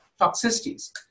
toxicities